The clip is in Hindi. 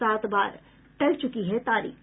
सात बार टल चुकी है तारीख